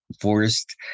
forced